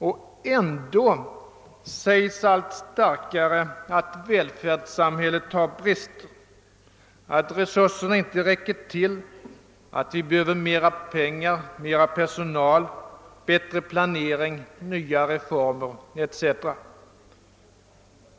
Och ändå sägs det allt starkare att välfärdssamhället har brister, att resurserna inte räcker till, att vi behöver mera pengar, mer personal, bättre planering, nya reformer etc.